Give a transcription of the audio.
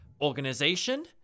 organization